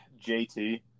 JT